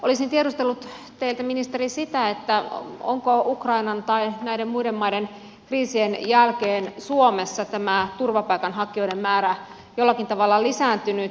olisin tiedustellut teiltä ministeri sitä onko ukrainan tai näiden muiden maiden kriisien jälkeen suomessa turvapaikanhakijoiden määrä jollakin tavalla lisääntynyt